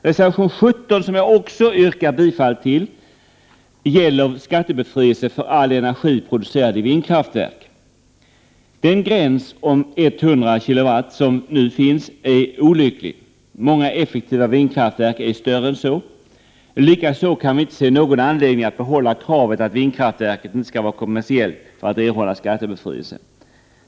Reservation 17, som jag också yrkar bifall till, gäller skattebefrielse för all energi producerad i vindkraftverk. Den gräns om 100 kW som finns nu är olycklig. Många effektiva vindkraftverk är större än så. Likaså kan vi inte se någon anledning till att behålla kravet att vindkraftverket inte skall vara kommersiellt för att erhålla skattebefrielse.